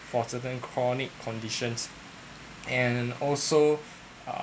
for certain chronic conditions and also uh